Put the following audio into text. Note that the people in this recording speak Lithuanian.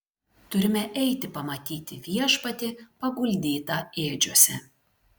turime eiti pamatyti viešpatį paguldytą ėdžiose